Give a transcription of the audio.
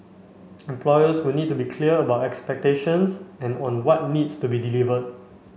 employers will need to be clear about expectations and on what needs to be delivered